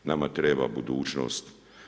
Nama treba budućnost.